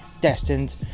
destined